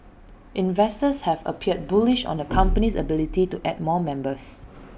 investors have appeared bullish on the company's ability to add more members